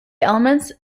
elements